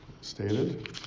stated